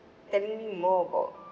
telling me more about